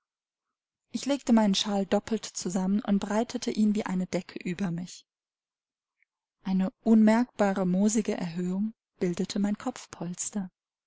ich legte meinen shawl doppelt zusammen und breitete ihn wie eine decke über mich eine unmerkbare moosige erhöhung bildete mein